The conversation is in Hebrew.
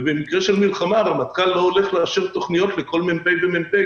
אבל במקרה של מלחמה הרמטכ"ל לא הולך לאשר תוכניות לכל מ"פ ומ"פ,